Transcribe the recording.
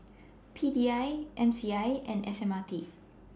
P D I M C I and S M R T